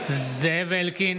(קורא בשמות